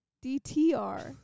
D-T-R